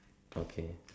okay